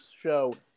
show